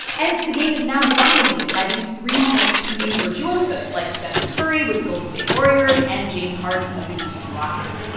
and the game is now dominated by these three point shooting virtuosos like stephen curry with the golden state warriors and james harden of the houston rockets